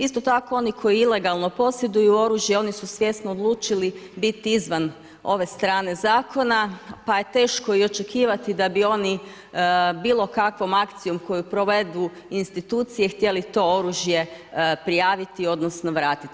Isto tako oni koji ilegalno posjeduju oružje oni su svjesno odlučili biti izvan ove strane zakona, pa je teško i očekivati da bi oni bilo kakvom akcijom koju provedu institucije htjeli to oružje prijaviti odnosno vratiti.